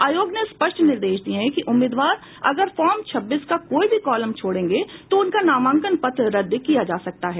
आयोग ने स्पष्ट निर्देश दिया है कि उम्मीदवार अगर फार्म छब्बीस का कोई भी कॉलम छोडेंगे तो उनका नामांकन पत्र रद्द किया जा सकता है